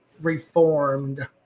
reformed